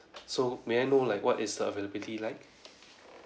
so may I know like what is the availability like